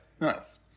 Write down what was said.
Nice